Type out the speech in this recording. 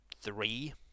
three